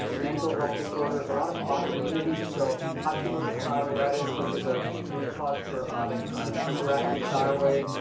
mental health disorders, a lot of autoimmunity, so hashimoto's thyroiditis, which is a root cause for um an underactive thyroid.